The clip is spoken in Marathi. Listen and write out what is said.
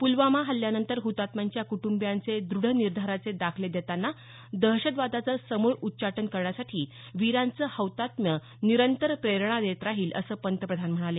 पुलवामा हल्ल्यानंतर हुतात्म्यांच्या कुटुंबीयांचे द्रढ निर्धाराचे दाखले देताना दहशतवादाचं समूळ उच्चाटन करण्यासाठी वीरांचं हौतात्म्य निरंतर प्रेरणा देत राहील असं पंतप्रधान म्हणाले